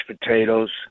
potatoes